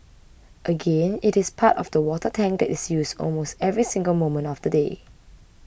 again it is part of the water tank that is used almost every single moment of the day